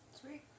Sweet